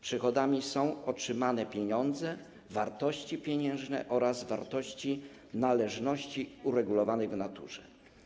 Przychodami są otrzymane pieniądze, wartości pieniężne oraz wartości należności uregulowanej w naturze.